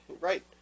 Right